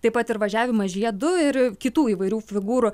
taip pat ir važiavimas žiedu ir kitų įvairių figūrų